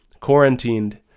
quarantined